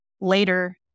later